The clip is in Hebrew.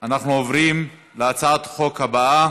אנחנו עוברים להצעת החוק הבאה.